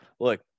Look